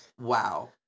wow